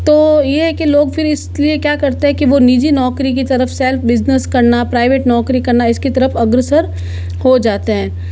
तो ये है कि लोग फिर इसलिए क्या करते है कि वो निजी नौकरी की तरफ़ सेल्फ बिज़नेस करना प्राइवेट नौकरी करना इसकी तरफ़ अग्रसर हो जाते हैं